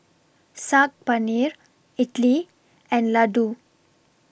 Saag Paneer Idili and Ladoo